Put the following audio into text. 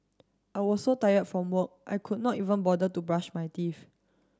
I was so tired from work I could not even bother to brush my teeth